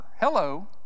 Hello